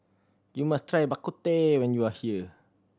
you must try Bak Kut Teh when you are here